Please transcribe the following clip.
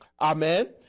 amen